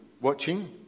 watching